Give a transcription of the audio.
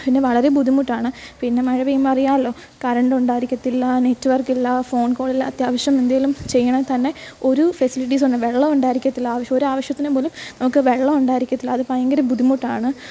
പിന്നെ വളരെ ബുദ്ധിമുട്ടാണ് പിന്നെ മഴ പെയ്യുമ്പോൾ അറിയാലോ കറൻണ്ട് ഉയിരിക്കത്തില്ല നെറ്റ്വർക്ക് ഇല്ല ഫോൺ കോൾ ഇല്ല അത്യാവശ്യം എന്തെങ്കിലും ചെയ്യണമെങ്കിൽ തന്നെ ഒരു ഫെസിലിറ്റീസൊന്നും വെള്ളമുണ്ടായിരിക്കത്തില്ല ആവശ്യം ഒരു ആവശ്യത്തിനു പോലും നമുക്ക് വെള്ളമുണ്ടായിരിക്കത്തില്ല അത് ഭയങ്കര ബുദ്ധിമുട്ടാണ്